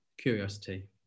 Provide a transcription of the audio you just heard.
curiosity